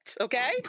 okay